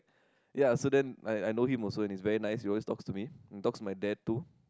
ya so then I I know him also he is very nice he always talk to me and talk to my dad too